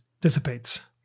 dissipates